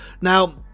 now